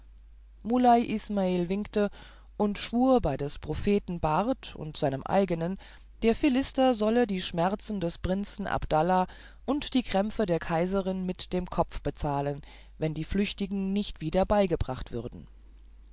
muley ismael winkte und schwur bei des propheten bart und seinem eigenen der philister solle die schmerzen des prinzen abdallah und die krämpfe der kaiserin mit dem kopfe bezahlen wenn die flüchtigen nicht wieder beigebracht würden